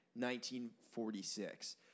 1946